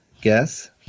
guess